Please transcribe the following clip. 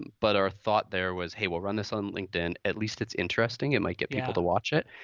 but our thought there was, hey, we'll run this on linkedin. at least it's interesting, it might get people to watch it.